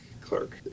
clerk